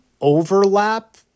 overlap